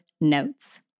notes